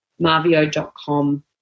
marvio.com